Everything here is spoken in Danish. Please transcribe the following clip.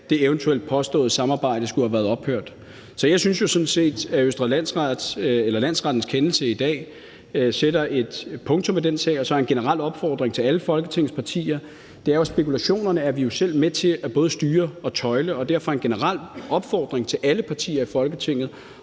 at det eventuelt påståede samarbejde skulle have været ophørt. Så jeg synes jo sådan set, at landsrettens kendelse i dag sætter et punktum i den sag. Og så har jeg en generel opfordring til alle Folketingets partier: Spekulationerne er vi jo selv med til både at styre og tøjle, og derfor har jeg en generel opfordring til alle partier i Folketinget